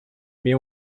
mais